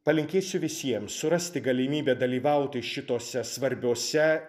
palinkėsiu visiems surasti galimybę dalyvauti šitose svarbiose